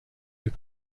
ses